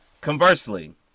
Conversely